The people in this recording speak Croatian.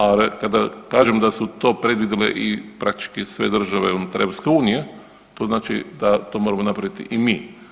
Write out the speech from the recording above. A kada kažem da su to predvidjele praktički i sve države unutar EU to znači da to moramo napraviti i mi.